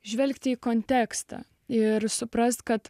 žvelgti į kontekstą ir suprasti kad